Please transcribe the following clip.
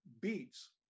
beats